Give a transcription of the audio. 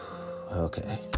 Okay